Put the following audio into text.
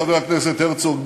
חבר הכנסת הרצוג,